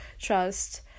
trust